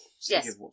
yes